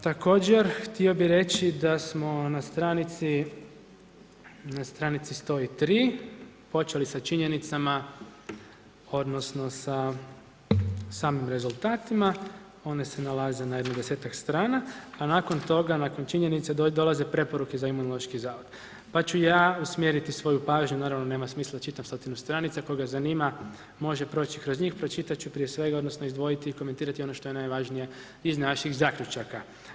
Također htio bi reći da smo na stranici 103. počeli sa činjenicama odnosno sa samim rezultata, oni se nalaza na jedno 10-ak strana, a nakon toga, nakon činjenice, dolaze preporuke za Imunološki zavod, pa ću ja usmjeriti svoju pažnju, naravno nema smisla da čitam sad te stranice, koga zanima, može proći kroz njih, pročitat ću prije svega odnosno izdvojiti i komentirati ono što je najvažnije iz naših zaključaka.